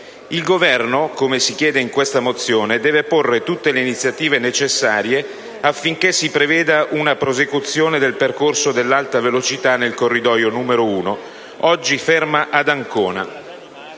Il Governo, come si chiede in questa mozione, deve porre in essere tutte le iniziative necessarie affinché si preveda una prosecuzione del percorso dell'alta velocità nel corridoio 1, oggi fermo ad Ancona